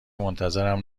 منتظرم